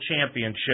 championship